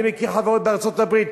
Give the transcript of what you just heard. אני מכיר חברות בארצות-הברית,